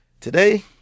Today